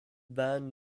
band